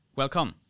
welcome